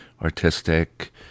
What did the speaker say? artistic